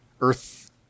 earth